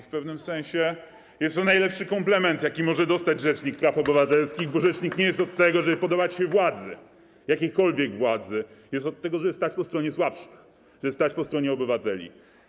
W pewnym sensie jest to najlepszy komplement, jaki może usłyszeć rzecznik praw obywatelskich, bo rzecznik nie jest od tego, żeby podobać się jakiejkolwiek władzy, ale jest od tego, żeby stać po stronie słabszych, żeby stać po stronie obywateli.